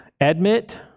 Admit